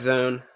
Zone